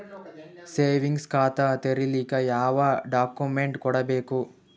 Savings ಖಾತಾ ತೇರಿಲಿಕ ಯಾವ ಡಾಕ್ಯುಮೆಂಟ್ ಕೊಡಬೇಕು?